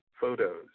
photos